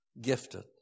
gifted